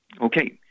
Okay